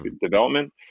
development